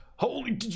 Holy